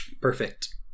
Perfect